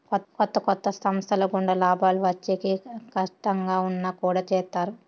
కొత్త కొత్త సంస్థల గుండా లాభాలు వచ్చేకి కట్టంగా ఉన్నా కుడా చేత్తారు